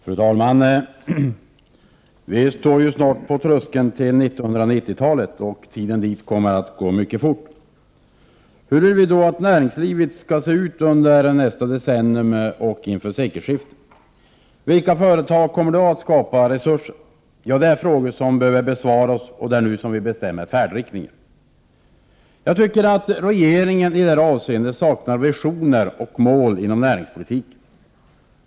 Fru talman! Vi står snart på tröskeln till 1990-talet. Tiden dit kommer att gå mycket fort. Hur vill vi att näringslivet skall se ut under nästa decennium och inför sekelskiftet? Vilka företag kommer då att skapa resurser? Det är frågor som behöver besvaras, och det är nu som vi bestämmer färdriktningen. Jag tycker att regeringen i det avseendet saknar visioner och mål inom näringspolitiken.